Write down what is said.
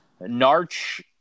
Narch